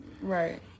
Right